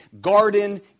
Garden